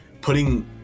putting